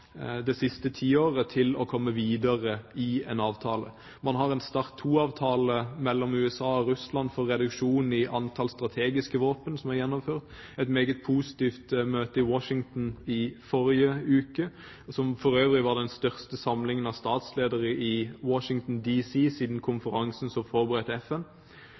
det siste tiåret – til å komme videre i en avtale. Man har en START II-avtale mellom USA og Russland om en reduksjon av antallet strategiske våpen, som er gjennomført, og man hadde i forrige uke et meget positivt møte i Washington, som for øvrig var den største samlingen av statsledere i Washington D.C. siden konferansen som forberedte FN.